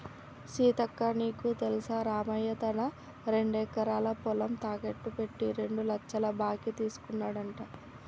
సీతక్క నీకు తెల్సా రామయ్య తన రెండెకరాల పొలం తాకెట్టు పెట్టి రెండు లచ్చల బాకీ తీసుకున్నాడంట